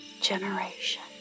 generation